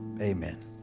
Amen